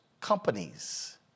companies